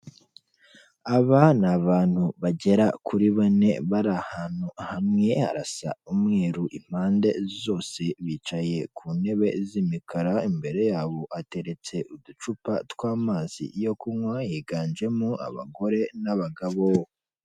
Aba ni abantu bagera kuri bane bari ahantu hamwe, harasa umweru impande zose bicaye ku ntebe z'imikara, imbere yabo hateretse uducupa tw'amazi yo kunywa higanjemo abagore n'abagabo.